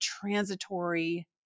transitory